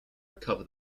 recover